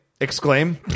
Exclaim